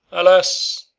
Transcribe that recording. alas!